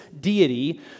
deity